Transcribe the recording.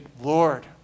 Lord